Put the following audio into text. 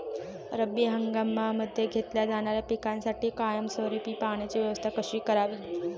रब्बी हंगामामध्ये घेतल्या जाणाऱ्या पिकांसाठी कायमस्वरूपी पाण्याची व्यवस्था कशी करावी?